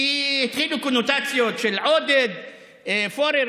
כי התחילו קונוטציות של עודד פורר,